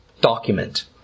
document